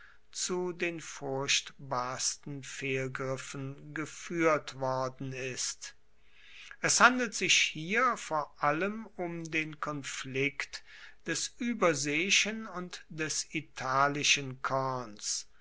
zu den furchtbarsten fehlgriffen gefuehrt worden ist es handelt sich hier vor allem um den konflikt des ueberseeischen und des italischen korns